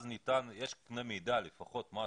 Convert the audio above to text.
אז יש קנה מידה ויש משהו.